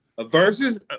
Versus